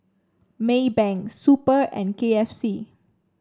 Maybank Super and K F C